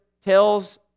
tells